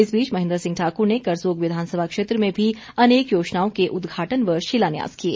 इस बीच महेन्द्र सिंह ठाकुर ने करसोग विधानसभा क्षेत्र में भी अनेक योजनाओं के उदघाटन व शिलान्यास किए